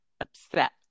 upset